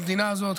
במדינה הזאת,